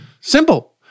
Simple